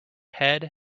head